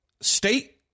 state